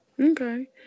Okay